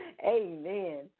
Amen